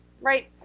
right